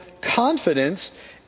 confidence